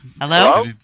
Hello